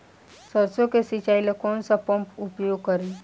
सरसो के सिंचाई ला कौन सा पंप उपयोग करी?